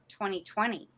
2020